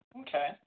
Okay